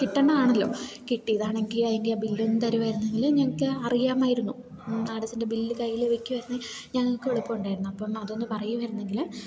കിട്ടുന്നതാണല്ലോ കിട്ടിയതാണെങ്കിൽ അതിൻ്റെ ആ ബില്ലൊന്ന് തരികയായിരുന്നെങ്കിൽ ഞങ്ങൾക്ക് അറിയാമായിരുന്നു അടച്ചതിൻ്റെ ബില്ല് കയ്യിൽ വെക്കുമായിരുന്നത് ഞങ്ങൾക്ക് എളുപ്പം ഉണ്ടായിരുന്നു അപ്പം അതൊന്നു പറയുമായിരുന്നെങ്കിൽ